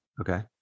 okay